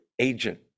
Agent